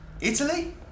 Italy